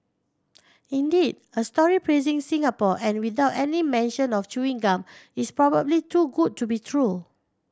indeed a story praising Singapore and without any mention of chewing gum is probably too good to be true